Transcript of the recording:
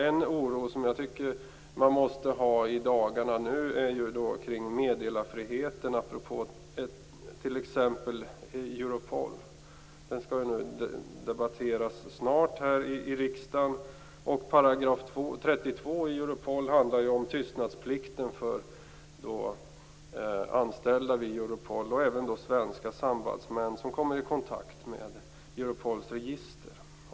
En oro som man känner nu i dagarna gäller meddelarfriheten i t.ex. Europol. Frågan skall snart debatteras här i riksdagen. § 32 i Europol handlar ju om tystnadsplikten för anställda vid Europol och även för svenska sambandsmän som kommer i kontakt med Europols register.